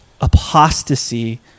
Apostasy